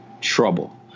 trouble